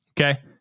Okay